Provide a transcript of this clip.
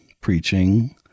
preaching